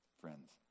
Friends